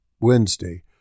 Wednesday